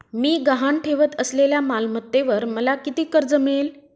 मी गहाण ठेवत असलेल्या मालमत्तेवर मला किती कर्ज मिळेल?